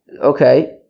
okay